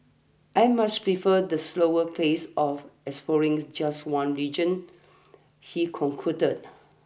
I much preferred the slower pace of exploring just one region he concludes